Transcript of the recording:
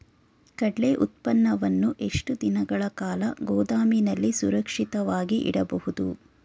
ಕಡ್ಲೆ ಉತ್ಪನ್ನವನ್ನು ಎಷ್ಟು ದಿನಗಳ ಕಾಲ ಗೋದಾಮಿನಲ್ಲಿ ಸುರಕ್ಷಿತವಾಗಿ ಇಡಬಹುದು?